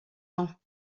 dents